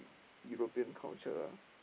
European culture ah